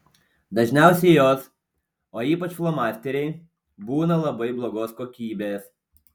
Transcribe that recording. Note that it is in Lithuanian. dažniausiai jos o ypač flomasteriai būna labai blogos kokybės